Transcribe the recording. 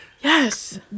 Yes